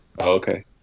Okay